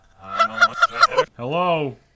Hello